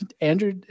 Andrew